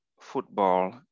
football